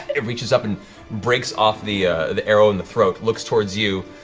it reaches up and breaks off the the arrow in the throat, looks towards you,